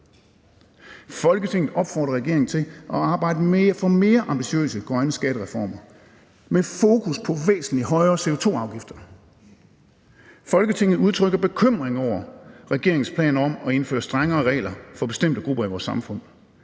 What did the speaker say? Folketinget opfordrer regeringen til at arbejde for mere ambitiøse grønne skattereformer med fokus på væsentlig højere CO2-afgifter. Folketinget udtrykker bekymring over regeringens planer om at indføre strengere regler for bestemte grupper i vores samfund.